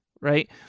right